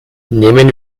nehmen